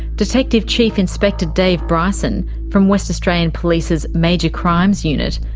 detective chief inspector dave bryson, from west australian police's major crimes unit,